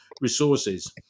resources